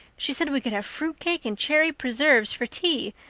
she said we could have fruit cake and cherry preserves for tea.